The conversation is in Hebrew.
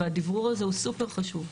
והדיברור הזה הוא סופר חשוב.